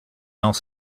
else